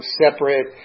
separate